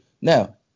Now